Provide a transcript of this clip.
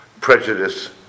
prejudice